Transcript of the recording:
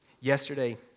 Yesterday